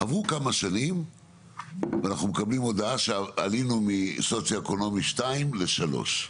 עברו כמה שנים ואנחנו מקבלים הודעה שעלינו מסוציואקונומי 2 ל-3.